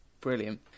Brilliant